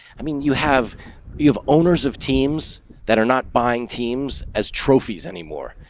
i mean, you have you have owners of teams that are not buying teams as trophies anymore.